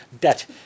debt